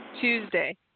Tuesday